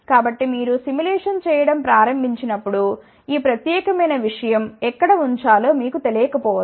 కాబట్టి మీరు సిములేషన్ చేయడం ప్రారంభించినప్పుడు ఈ ప్రత్యేకమైన విషయం ఎక్కడ ఉంచాలో మీకు తెలియకపోవచ్చు